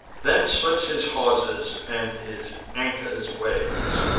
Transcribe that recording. then slips his haulsers, and his anchors weighs.